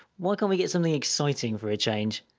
why can't we get something exciting for a change?